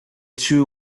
two